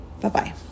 Bye-bye